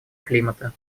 климата